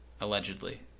Allegedly